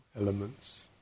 elements